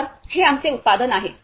तर हे आमचे उत्पादन आहे